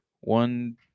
One